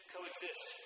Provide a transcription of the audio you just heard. Coexist